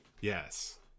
Yes